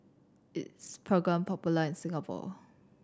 is Pregain popular in Singapore